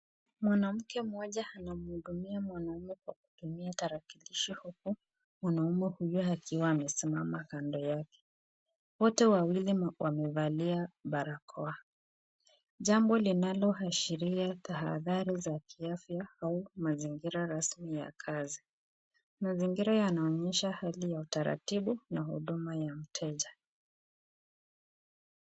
Mwanamke mmoja anamhudumia mwanaume kwa kutumia tarakilishi huku mwanamume huyo akiwa amesimama kando yake. Wote wawili wamevalia barakoa. Jambo linaloashiria tahadhari za kiafya au mazingira rasmi ya kazi. Mazingira yanaonyesha hali ya utaratibu na huduma ya mteja.